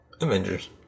Avengers